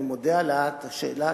אני מודה על העלאת השאלה,